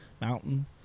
mountain